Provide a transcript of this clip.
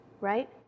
right